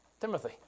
Timothy